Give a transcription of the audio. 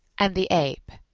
and the ape